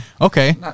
Okay